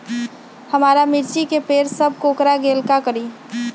हमारा मिर्ची के पेड़ सब कोकरा गेल का करी?